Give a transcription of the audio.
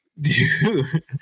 dude